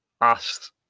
asked